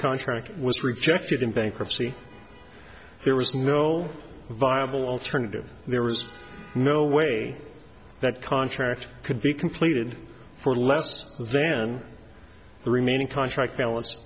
contract was rejected in bankruptcy there was no viable alternative there was no way that contract could be completed for less than the remaining contract balance